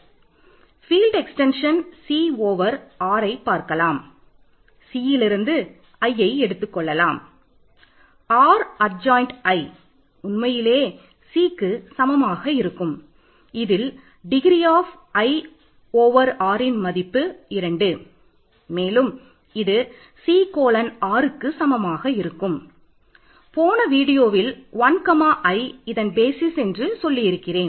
field extension என்று சொல்லி இருக்கிறேன்